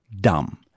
dumb